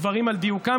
את הדברים על דיוקם,